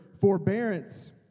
forbearance